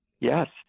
yes